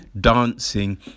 Dancing